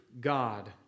God